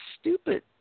stupid